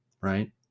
right